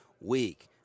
week